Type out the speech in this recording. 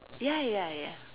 ya ya ya